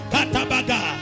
Katabaga